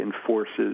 enforces